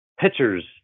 pitchers